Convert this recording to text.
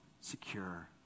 secure